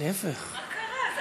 מה קרה?